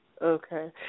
Okay